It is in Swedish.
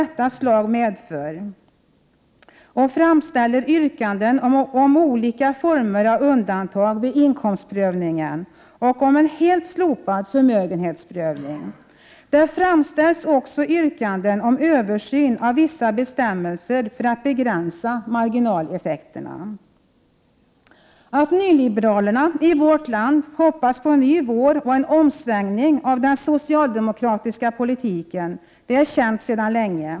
1988/89:110 detta slag medför och framställer yrkanden om olika former av undantag vid 9 maj 1989 inkomstprövningen och om att förmögenhetsprövningen helt skall slopas. Det framställs också yrkanden om en översyn av vissa bestämmelser när det gäller att begränsa marginaleffekterna. Att nyliberalerna i vårt land hoppas på en ny vår och en omsvängning i den socialdemokratiska politiken är känt sedan länge.